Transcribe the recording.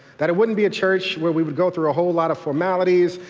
that it wouldn't be a church where we would go through a whole lot of formalities,